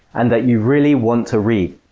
and that you really want to read.